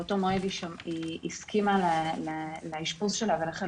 באותו מועד היא הסכימה לאשפוז שלה ולכן